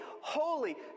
holy